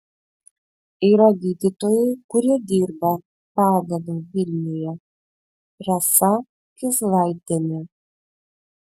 yra gydytojai kurie dirba padeda vilniuje rasa kizlaitienė